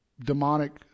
Demonic